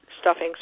stuffings